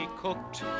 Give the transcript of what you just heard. cooked